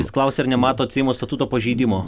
jis klausia ar nematot seimo statuto pažeidimo